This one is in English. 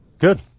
Good